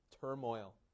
turmoil